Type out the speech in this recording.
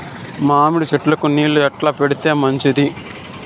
మామిడి చెట్లకు నీళ్లు ఎట్లా పెడితే మంచిది?